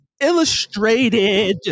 illustrated